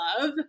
love